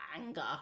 anger